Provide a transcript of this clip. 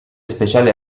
speciale